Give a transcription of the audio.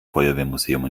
feuerwehrmuseum